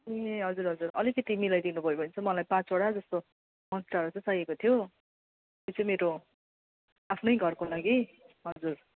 ए हजुर हुजर अलिकति मिलाइदिनुभयो भने चाहिँ मलाई पाँचवटा जस्तो मन्सटेरा चाहिँ चाहिएको थियो यो चाहिँ मेरो आफ्नै घरको लागि हजुर